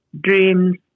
dreams